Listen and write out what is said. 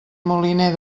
moliner